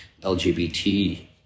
LGBT